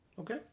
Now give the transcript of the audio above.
Okay